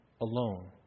alone